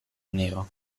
nero